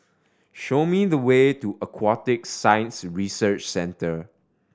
show me the way to Aquatic Science Research Centre